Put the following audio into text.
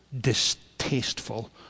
distasteful